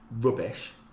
rubbish